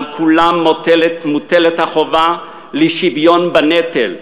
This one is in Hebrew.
על כולם מוטלת החובה לשוויון בנטל,